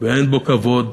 ואין בו כבוד,